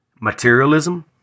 materialism